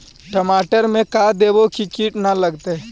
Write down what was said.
टमाटर में का देबै कि किट न लगतै?